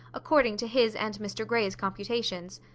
according to his and mr grey's computations.